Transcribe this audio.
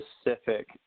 specific